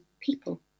people